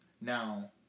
Now